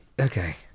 Okay